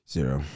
Zero